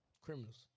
Criminals